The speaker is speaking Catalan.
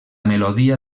melodia